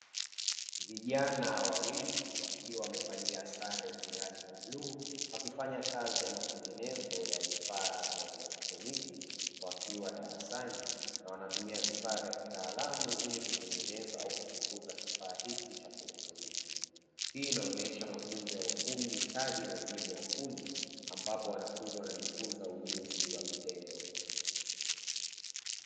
Vijana wawili wakiwa wamevalia sare zenye rangi ya bluu, wakifanya kazi ya matengenezo ya vifaa vya elektroniki wakiwa darasani na wanatumia vifaa vya kitaalamu ili kutengeneza au kuchunguza kifaa hiki cha kielektroniki. Hii inaonesha mafunzo ya ufundi stadi na elimu ya ufundi, ambapo wanafunzi wanajifunza ujuzi wa vitendo.